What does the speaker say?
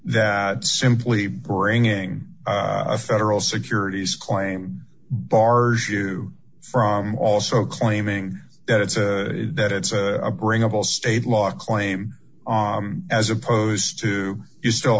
that simply bringing a federal securities claim bars you from also claiming that it's that it's a bring up all state law claim as opposed to you still